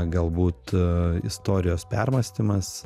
galbūt istorijos permąstymas